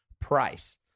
price